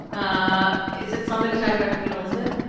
ah is it somebody talking about queen elizabeth?